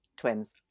twins